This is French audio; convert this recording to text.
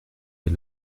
est